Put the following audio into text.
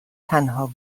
تنها